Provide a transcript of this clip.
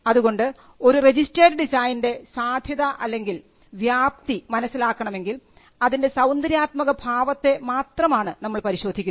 അതുകൊണ്ട് ഒരു രജിസ്ട്രേഡ് ഡിസൈൻറെ സാധ്യത അല്ലെങ്കിൽ വ്യാപ്തി മനസ്സിലാക്കണമെങ്കിൽ അതിൻറെ സൌന്ദര്യാത്മക ഭാവത്തെ മാത്രമാണ് നമ്മൾ പരിശോധിക്കുന്നത്